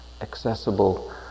accessible